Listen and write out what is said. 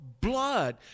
blood